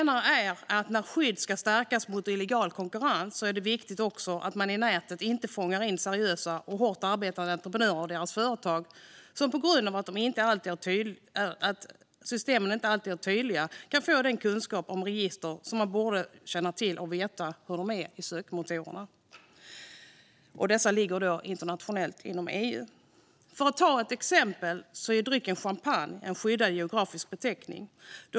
När skyddet mot illegal konkurrens ska stärkas är det viktigt att seriösa och hårt arbetande entreprenörer och deras företag inte fångas i näten på grund av att systemen inte är tydliga. De måste få den kunskap de behöver när det gäller register och hur man ska leta i sökmotorerna, som ligger internationellt inom EU. Låt mig ta ett exempel. Drycken champagne är en skyddad geografisk beteckning.